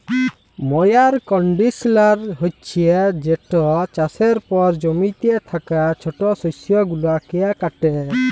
ময়ার কল্ডিশলার হছে যেট চাষের পর জমিতে থ্যাকা ছট শস্য গুলাকে কাটে